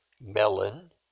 melon